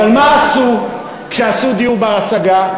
אבל מה עשו כשעשו דיור בר-השגה?